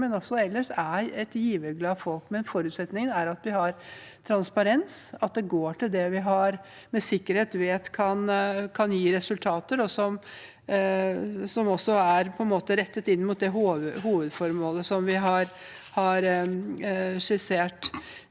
er et folk med giverglede, men forutsetningen er at vi har transparens, at det går til det vi med sikkerhet vet kan gi resultater, og som også er rettet inn mot det hovedformålet vi har skissert.